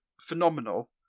phenomenal